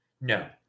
No